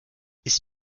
ist